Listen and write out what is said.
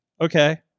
Okay